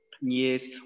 Yes